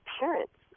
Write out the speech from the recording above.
parents